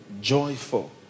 Joyful